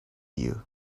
you